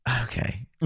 okay